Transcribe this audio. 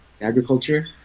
Agriculture